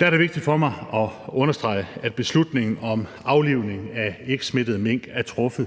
Der er det vigtigt for mig at understrege, at beslutningen om aflivning af ikkesmittede mink igen er truffet